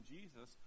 Jesus